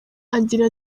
agira